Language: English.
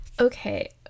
Okay